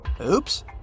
Oops